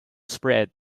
spread